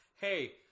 Hey